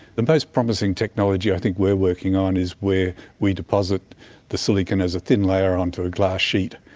the most promising technology i think we're working on is where we deposit the silicon as a thin layer onto a glass sheet.